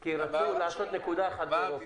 כי רצו לעשות נקודה אחת באירופה.